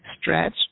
stretch